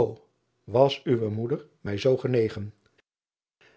o as uwe moeder mij zoo genegen